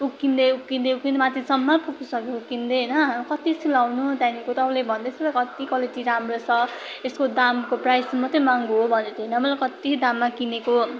उप्किँदै उप्किँदै उप्किँदै माथिसम्म पुगिसक्यो उप्किँदै होइन कति सिलाउनु त्यहाँदेखिको तपाईँले भन्दैथ्यो त कत्ति क्वालिटी राम्रो छ यसको दामको प्राइज मात्रै महँगो हो भन्दैथ्यो होइन मैले कति दाममा किनेको